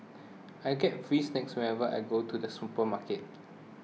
I get free snacks whenever I go to the supermarket